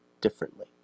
differently